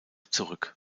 zurück